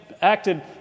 acted